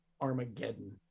Armageddon